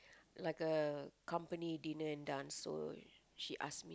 like a company dinner and dance so she asked me